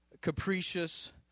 capricious